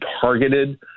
targeted